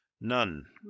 none